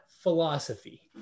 philosophy